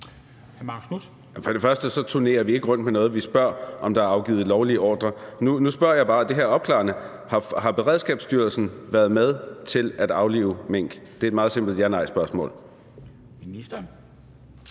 og fremmest turnerer vi ikke rundt med noget. Vi spørger, om der er afgivet lovlige ordrer. Nu spørger jeg bare – og det her er opklarende: Har Beredskabsstyrelsen været med til at aflive mink? Det er et meget simpelt ja-nej-spørgsmål. Kl.